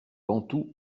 bantous